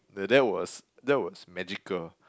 the that was that was magical